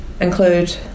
include